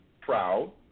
proud